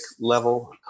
level